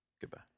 Goodbye